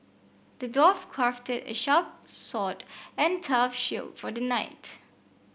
the dwarf crafted a sharp sword and tough shield for the knight